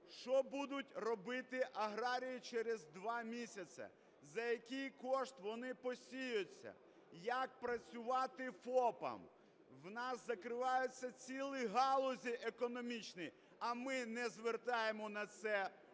Що будуть робити аграрії через два місяці, за який кошт вони посіються, як працювати ФОПам? У нас закриваються цілі галузі економічні, а ми не звертаємо на це